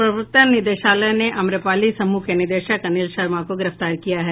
प्रवर्तन निदेशालय ने अम्रपाली समूह के निदेशक अनिल शर्मा को गिरफ्तार किया है